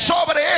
Sobre